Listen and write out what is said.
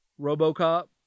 RoboCop